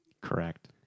Correct